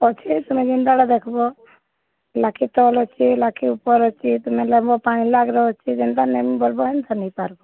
ଅଛେ ତୁମେ ଯେନ୍ତାଟା ଦେଖ୍ବ ଲକ୍ଷେ ତଲ୍ ଅଛେ ଲକ୍ଷେ ଉପର୍ ଅଛେ ତୁମେ ନେବ ପାଞ୍ଚ୍ ଲାକ୍ଷ୍ର ଅଛେ ଯେନ୍ତା ନେମି ବୋଲ୍ବ ହେନ୍ତା ନେଇପାର୍ବ